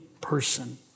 person